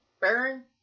Baron